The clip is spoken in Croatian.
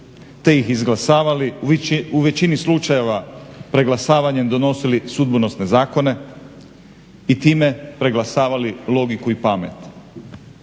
te ih izglasavali, u većini slučajeva preglasavanjem donosili sudbonosne zakone i time preglasavali logiku i pamet.